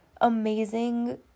amazing